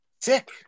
Sick